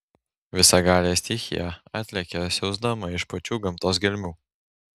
visagalė stichija atlekia siausdama iš pačių gamtos gelmių